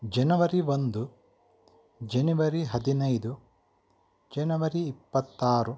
ಜನವರಿ ಒಂದು ಜನವರಿ ಹದಿನೈದು ಜನವರಿ ಇಪ್ಪತ್ತಾರು